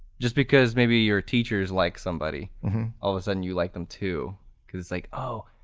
just because maybe your teachers like somebody, all of a sudden you like them too because it's like oh,